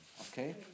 Okay